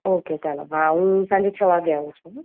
okay ચાલો હા હું સાંજે છ વાગ્યે આવું છું હોં